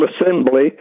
Assembly